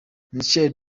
michael